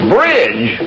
Bridge